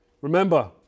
Remember